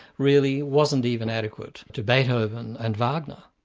really wasn't even adequate to beethoven and wagner.